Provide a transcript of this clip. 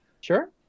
Sure